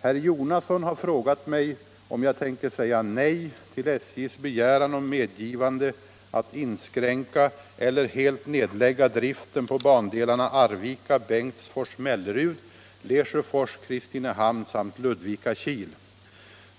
Herr Jonasson har frågat mig om jag tänker säga nej till SJ:s begäran om medgivande att inskränka eller helt nedlägga driften på bandelarna Arvika-Bengtsfors-Mellerud, Lesjöfors-Kristinehamn samt Ludvika-Kil.